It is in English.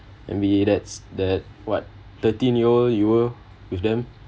and be that's that what thirteen years old you're with them